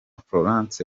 florence